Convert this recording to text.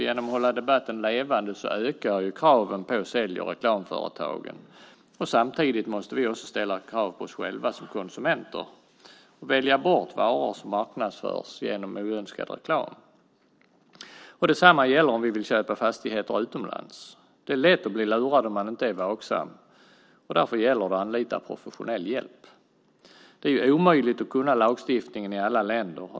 Genom att hålla debatten levande ökar kraven på sälj och reklamföretagen. Samtidigt måste vi också ställa krav på oss själva som konsumenter och välja bort varor som marknadsförs genom oönskad reklam. Detsamma gäller om vi vill köpa fastigheter utomlands. Det är lätt att bli lurad om man inte är vaksam. Därför gäller det att anlita professionell hjälp. Det är omöjligt att känna till lagstiftningen i alla länder.